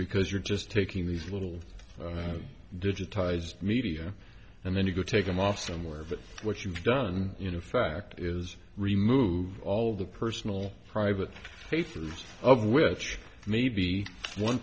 because you're just taking these little digitized media and then you go take them off somewhere but what you've done you know fact is remove all the personal private papers of which maybe one